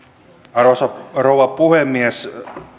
arvoisa rouva puhemies